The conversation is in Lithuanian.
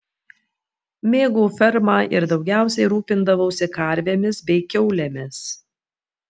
mėgau fermą ir daugiausiai rūpindavausi karvėmis bei kiaulėmis